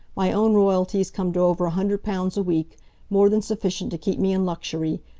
my own royalties come to over a hundred pounds a week more than sufficient to keep me in luxury.